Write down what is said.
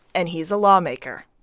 and he's a lawmaker.